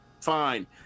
Fine